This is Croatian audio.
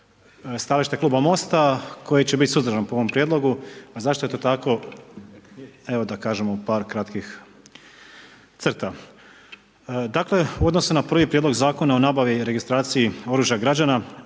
stajališta Kluba Mosta koji će biti suzdržan po ovom prijedlogu. A zašto je to tako, evo da kažem u par kratkih crta. Dakle u odnosu na prvi Prijedlog zakona o nabavi i registraciji oružja građana